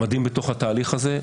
המדהים בתוך התהליך הזה,